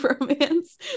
romance